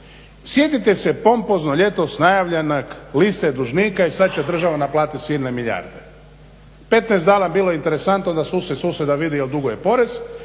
Sjetite se pompozno ljetos najavljene liste dužnika i sve će država naplatit silne milijarde. 15 dana bilo je interesantno da susjed susjeda vidi jel duguje porez,